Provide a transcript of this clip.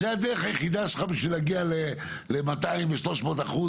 זו הדרך היחידה שלך בשביל להגיע ל-200 ו-300 אחוז